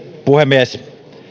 puhemies